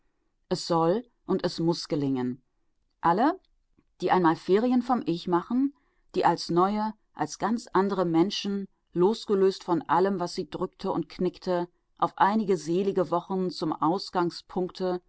es soll und es muß gelingen alle die einmal ferien vom ich machen die als neue als ganz andere menschen losgelöst von allem was sie drückte und knickte auf einige selige wochen zum ausgangspunkte